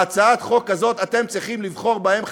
בהצעת החוק הזאת אתם צריכים לבחור בהם חזרה.